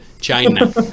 china